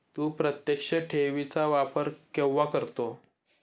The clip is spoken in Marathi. तू प्रत्यक्ष ठेवी चा वापर केव्हा करतो?